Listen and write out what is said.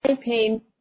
pain